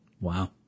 Wow